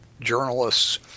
journalists